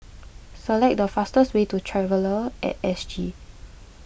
select the fastest way to Traveller at S G